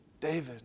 David